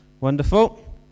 Wonderful